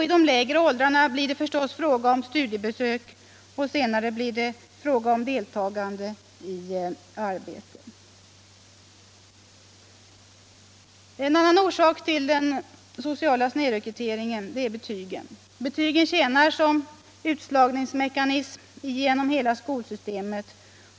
I de lägre åldrarna blir det förstås fråga om studiebesök och senare deltagande i arbetet. En annan orsak till den sociala snedrekryteringen är betygen. Betygen tjänar som utslagningsmekanism genom hela skolsystemet.